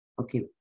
okay